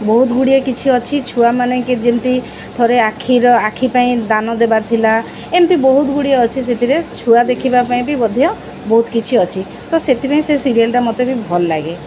ବହୁତ ଗୁଡ଼ିଏ କିଛି ଅଛି ଛୁଆମାନେ ଯେମିତି ଥରେ ଆଖିର ଆଖି ପାଇଁ ଦାନ ଦେବାର ଥିଲା ଏମିତି ବହୁତ ଗୁଡ଼ିଏ ଅଛି ସେଥିରେ ଛୁଆ ଦେଖିବା ପାଇଁ ବି ମଧ୍ୟ ବହୁତ କିଛି ଅଛି ତ ସେଥିପାଇଁ ସେ ସିରିଏଲ୍ଟା ମୋତେ ବି ଭଲ ଲାଗେ